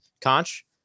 Conch